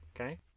Okay